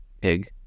Pig